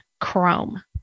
Chrome